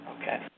Okay